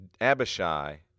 Abishai